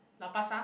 lau-pa-sat